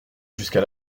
jusqu’à